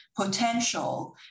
potential